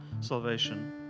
salvation